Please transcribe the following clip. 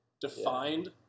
defined